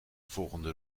volgende